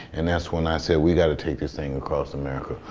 and that's when i said, we got to take this thing across america.